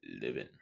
Living